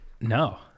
No